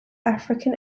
african